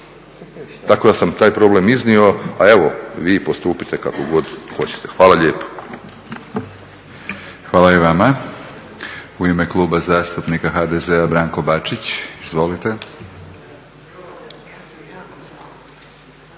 Tako da sam taj problem iznio, a evo vi postupite kako god hoćete. Hvala lijepo. **Batinić, Milorad (HNS)** Hvala i vama. U ime Kluba zastupnika HDZ-a Branko Bačić, izvolite.